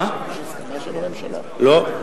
תודה רבה.